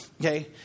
okay